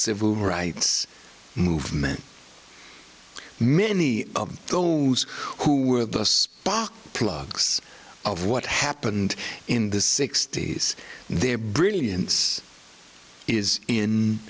civil rights movement many of those who were bused spark plugs of what happened in the sixty's their brilliance is in